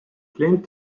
klient